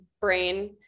brain